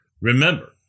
Remember